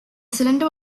cylinder